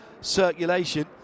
circulation